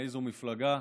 מאיזו מפלגה.